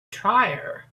tire